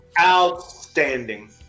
Outstanding